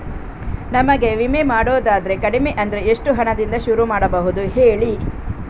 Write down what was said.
ನಮಗೆ ವಿಮೆ ಮಾಡೋದಾದ್ರೆ ಕಡಿಮೆ ಅಂದ್ರೆ ಎಷ್ಟು ಹಣದಿಂದ ಶುರು ಮಾಡಬಹುದು ಹೇಳಿ